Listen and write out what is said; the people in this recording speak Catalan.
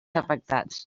afectats